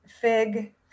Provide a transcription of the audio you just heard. FIG